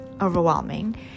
overwhelming